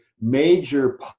major